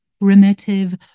primitive